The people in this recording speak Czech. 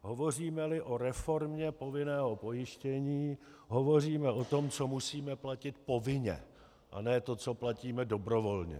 Hovořímeli o reformě povinného pojištění, hovoříme o tom, co musíme platit povinně, a ne o tom, co platíme dobrovolně.